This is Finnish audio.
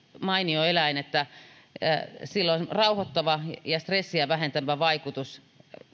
mainio eläin että sillä on rauhoittava ja stressiä vähentävä vaikutus